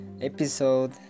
episode